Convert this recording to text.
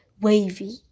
wavy